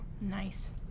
Nice